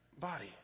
body